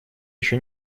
еще